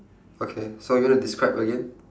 okay so you want to describe again